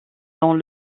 dans